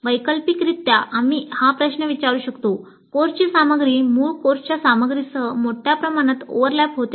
वैकल्पिकरित्या आम्ही हा प्रश्न विचारू शकतो कोर्सची सामग्री मूळ कोर्सच्या सामग्रीसह मोठ्या प्रमाणात ओव्हरलॅप होते